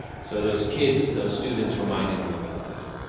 so those kids, those students reminded me about that.